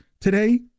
today